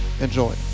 enjoy